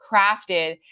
crafted